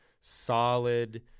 solid